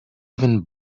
even